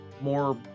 more